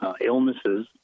illnesses